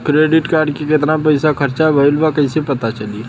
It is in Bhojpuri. क्रेडिट कार्ड के कितना पइसा खर्चा भईल बा कैसे पता चली?